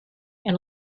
and